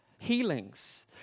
healings